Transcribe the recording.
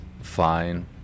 fine